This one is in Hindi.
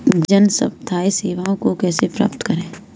जन स्वास्थ्य सेवाओं को कैसे प्राप्त करें?